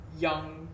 young